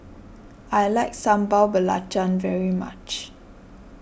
I like Sambal Belacan very much